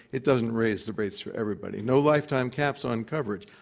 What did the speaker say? it doesn't raise the rates for everybody. no lifetime caps on coverage,